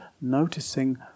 noticing